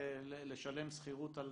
לשלם שכירות על